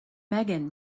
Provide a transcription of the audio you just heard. megan